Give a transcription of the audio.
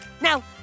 Now